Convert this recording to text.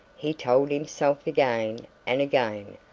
he told himself again and again,